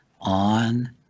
on